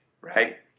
right